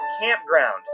campground